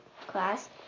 class